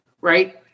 Right